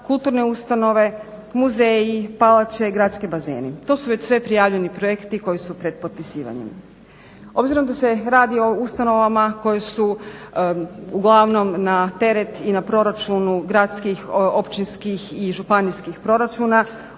kulturne ustanove, muzeji, plače i gradski bazeni, to su već sve prijavljeni projekti koji su pred potpisivanjem. Obzirom da se radi o ustanovama koje su uglavnom na teret i na proračunu gradskih, općinskih i županijskih proračuna,